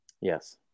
Yes